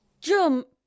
Jump